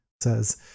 says